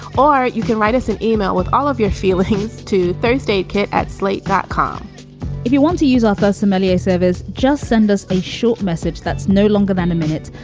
or you can write us an email with all of your feelings to thursday kid at slate dot com if you want to use author somalia service, just send us a short message. that's no longer than a minute.